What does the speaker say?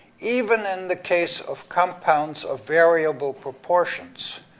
even in the case of compounds of variable proportions.